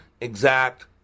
exact